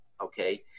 okay